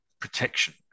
protection